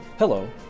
Hello